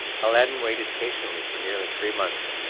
aladdin waited patiently for nearly three months,